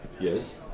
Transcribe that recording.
Yes